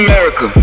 America